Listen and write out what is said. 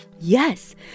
Yes